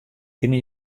kinne